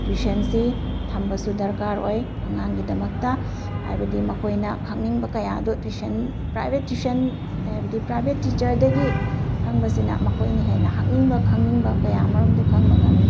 ꯇ꯭ꯋꯤꯁꯟꯁꯤ ꯊꯝꯕꯁꯨ ꯗꯥꯔꯀ ꯑꯣꯏ ꯑꯉꯥꯡꯒꯤꯗꯃꯛꯇꯥ ꯍꯥꯏꯕꯗꯤ ꯃꯈꯣꯏꯅ ꯈꯪꯅꯤꯡꯕ ꯀꯌꯥꯗꯨ ꯇ꯭ꯋꯤꯁꯟ ꯄ꯭ꯔꯥꯏꯚꯦꯠ ꯇ꯭ꯋꯤꯁꯟ ꯍꯥꯏꯕꯗꯤ ꯄ꯭ꯔꯥꯏꯚꯦꯠ ꯇꯤꯆꯔꯗꯒꯤ ꯍꯪꯕꯁꯤꯅ ꯃꯈꯣꯏꯅ ꯍꯦꯟꯅ ꯍꯪꯅꯤꯡ ꯈꯪꯅꯤꯡꯕ ꯀꯌꯥꯃꯔꯨꯝꯗꯨ ꯈꯪꯕ ꯉꯝꯃꯤ